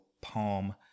palm